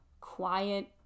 quiet